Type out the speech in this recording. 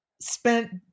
spent